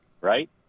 Right